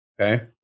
Okay